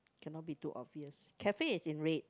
cannot be too obvious cafe is in red